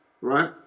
right